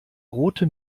rote